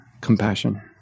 compassion